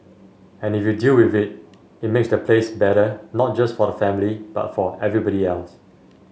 and if you deal with it makes the place better not just for the family but for everybody else